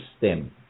system